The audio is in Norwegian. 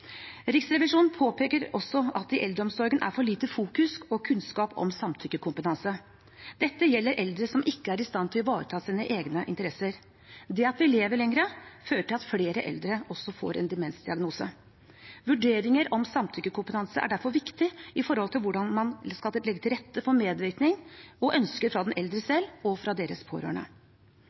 Riksrevisjonen påpeker også at det fokuseres for lite på kunnskap om samtykkekompetanse i eldreomsorgen. Dette gjelder eldre som ikke er i stand til å ivareta sine egne interesser. Det at vi lever lenger, fører til at flere eldre også får en demensdiagnose. Vurderinger om samtykkekompetanse er derfor viktig for hvordan man skal legge til rette for medvirkning og ønsker fra den eldre selv og dennes pårørende.